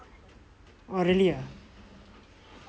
oh really ah